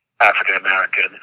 African-American